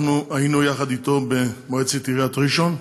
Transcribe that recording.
אנחנו היינו יחד במועצת עיריית ראשון.